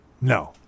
No